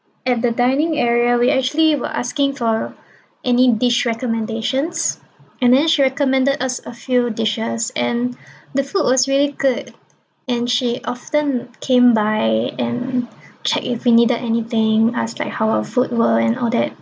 at the dining area we actually were asking for any dish recommendations and then she recommended us a few dishes and the food was really good and she often came by and check if we needed anything ask like how our food were and all that